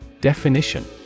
Definition